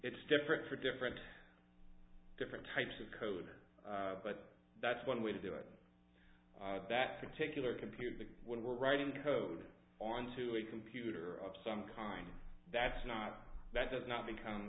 it's different for different different types of code but that's one way to do it that particular computer when we're writing code onto a computer up some kind that's not that does not become